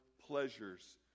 pleasures